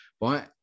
right